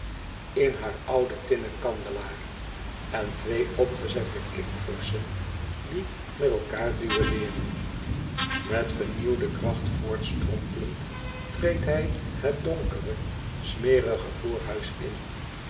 in haar ooden tinnen kandelaar en twee opgezette kikvorschen die met elkaar doelleeren met vernieuwde kracht voortstrompelend treedt hij het donkere smerige voorhuis in